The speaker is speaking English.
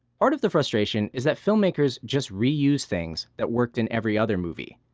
part of the frustration is that filmmakers just reuse things that worked in every other movie,